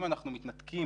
אם אנחנו מתנתקים